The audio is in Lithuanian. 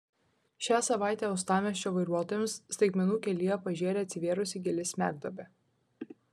šią savaitę uostamiesčio vairuotojams staigmenų kelyje pažėrė atsivėrusi gili smegduobė